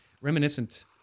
reminiscent